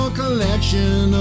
collection